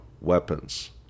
weapons